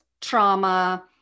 trauma